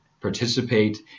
participate